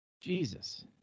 Jesus